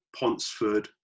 Ponsford